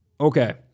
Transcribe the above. Okay